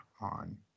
on